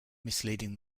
misleading